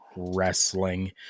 Wrestling